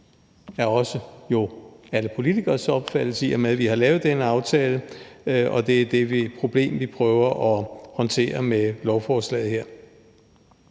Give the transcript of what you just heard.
det er jo også alle politikeres opfattelse, i og med at vi har lavet den aftale, og det er det problem, vi prøver at håndtere med lovforslaget her.